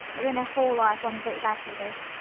but when a whole life one great battle is,